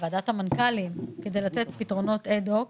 ועדת המנכ"לים, כדי לתת פתרונות אד הוק.